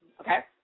okay